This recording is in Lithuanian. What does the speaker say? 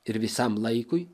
ir visam laikui